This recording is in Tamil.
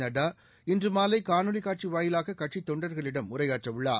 நட்டா இன்று மாலை காணொலி காட்சி வாயிலாக கட்சித் தொண்டர்களிடம் உரையாற்ற உள்ளார்